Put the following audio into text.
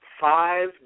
five